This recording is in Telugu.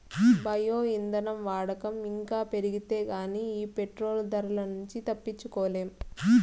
బయో ఇంధనం వాడకం ఇంకా పెరిగితే గానీ ఈ పెట్రోలు ధరల నుంచి తప్పించుకోలేం